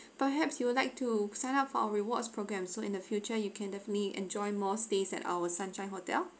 perhaps you would like to sign up for our rewards programme so in the future you can definitely enjoy more stays at our sunshine hotel